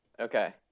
Okay